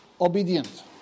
obedient